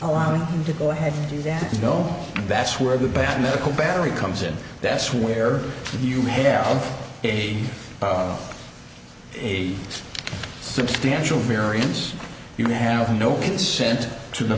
allowing them to go ahead and do that you know that's where the bad medical battery comes in that's where you head down in a substantial variance you have no consent to the